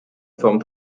forme